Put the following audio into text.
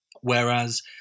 whereas